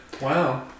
Wow